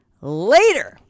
later